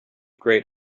great